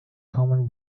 common